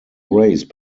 race